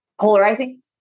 polarizing